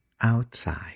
outside